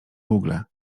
google